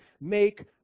make